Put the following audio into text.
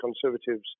Conservatives